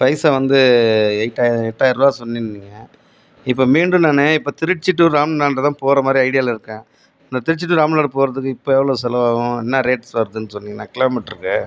பைசா வந்து எயிட்டா எட்டாயிருவா சொல்லியிருந்தீங்க இப்போ மீண்டும் நான் இப்போ திருச்சி டூ ராம்நாடுதான் போகிற மாதிரி ஐடியாவில் இருக்கேன் நான் திருச்சி டூ ராம்நாடு போகிறதுக்கு இப்போ எவ்வளோ செலவு ஆகும் என்னா ரேட்ஸ் வருதுன்னு சொன்னீங்கன்னா கிலோமீட்டருக்கு